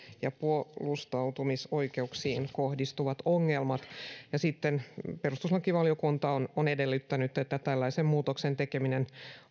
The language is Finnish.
ja puolustautumisoikeuksiin kohdistuvat ongelmat sitten perustuslakivaliokunta on on edellyttänyt että tällaisen muutoksen tekeminen